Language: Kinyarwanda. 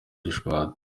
gishwati